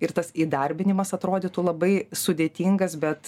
ir tas įdarbinimas atrodytų labai sudėtingas bet